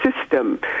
system